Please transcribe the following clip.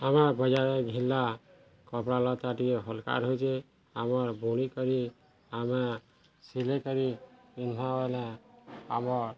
ଆମେ ବଜାରରେ ଘିନ୍ଲା କପଡ଼ା ଲତା ଟିକେ ହାଲ୍କା ରହୁଛେ ଆମର୍ ବୁଣି କରି ଆମେ ସିଲେଇ କରି ପିନ୍ଧିବା ବାଲା ଆମର୍